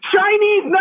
Chinese